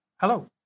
Hello